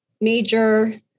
major